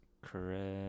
Correct